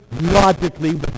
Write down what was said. logically